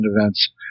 events